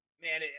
Man